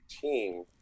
team